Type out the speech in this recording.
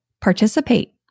participate